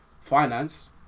finance